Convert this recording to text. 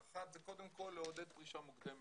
האחת זה קודם כל לעודד פרישה מוקדמת,